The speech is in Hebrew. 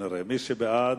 מי שבעד,